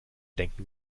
denken